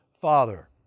father